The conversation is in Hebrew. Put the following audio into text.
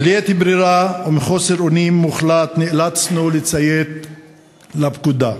בלית ברירה ומחוסר אונים מוחלט נאלצנו לציית לפקודה.